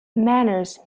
manners